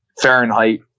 Fahrenheit